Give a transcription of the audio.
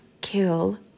Kill